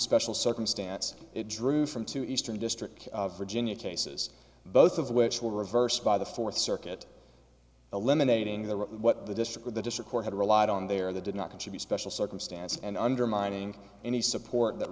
special circumstance it drew from two eastern district of virginia cases both of which were reversed by the fourth circuit eliminating the right what the district or the district court had relied on there that did not contribute special circumstance and undermining any support that